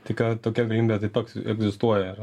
tai ką tokia galimybė taip pak egzistuoja